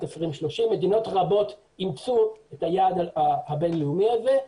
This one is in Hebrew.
2030. מדינות רבות אימצו את היעד הבין-לאומי הזה.